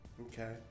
Okay